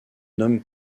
nomme